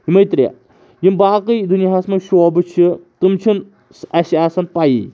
یِمٕے ترٛےٚ یِم باقٕے دُنیاہَس منٛز شعبہٕ چھِ تِم چھِنہٕ اَسِہ آسان پیٖی